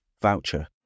voucher